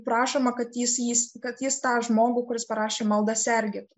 prašoma kad jis jis kad jis tą žmogų kuris parašė maldą sergėtų